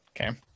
okay